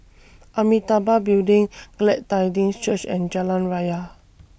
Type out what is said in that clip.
Amitabha Building Glad Tidings Church and Jalan Raya